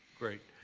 great.